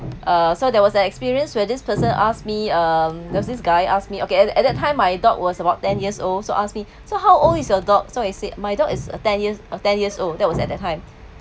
uh so there was an experience where this person ask me um there was this guy asked me okay at the at that time my dog was about ten years old so ask me so how old is your dog so he said my dog is a ten years uh ten years old that was at that time